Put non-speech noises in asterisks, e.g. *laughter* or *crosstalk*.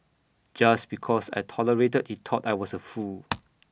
just because I tolerated he thought I was A fool *noise*